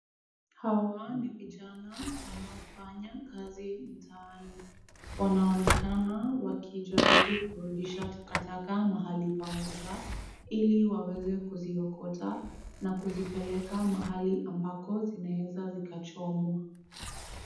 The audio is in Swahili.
Hawa ni vijana wanaofanya kazi mtaani. Wanaonekana wakijaribu kurudisha takataka mahali pamoja, ili waweze kuziokota na kuzipeleka mahali ambako zinaeza zikachomwa.